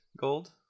gold